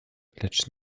lecz